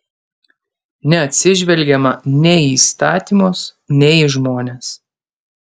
neatsižvelgiama nei į įstatymus nei į žmones